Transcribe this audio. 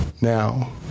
now